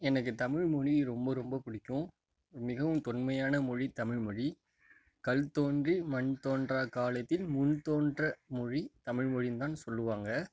எனக்கு தமிழ் மொழி ரொம்ப ரொம்ப பிடிக்கும் மிகவும் தொன்மையான மொழி தமிழ் மொழி கல் தோன்றி மண் தோன்றா காலத்தில் முன்தோன்றா மொழி தமிழ் மொழின்னுதான் சொல்லுவாங்க